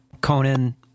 Conan